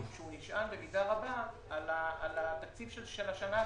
הוא נשען במידה רבה על התקציב של השנה הקודמת.